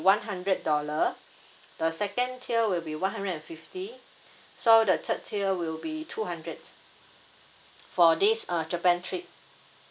one hundred dollar the second tier will be one hundred and fifty so the third tier will be two hundred for this uh japan trip